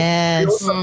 Yes